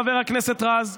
חבר הכנסת רז,